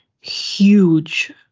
huge